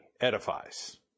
edifies